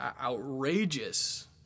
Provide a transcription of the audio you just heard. outrageous